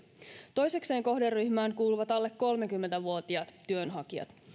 toisekseen kohderyhmään kuuluvat alle kolmekymmentä vuotiaat työnhakijat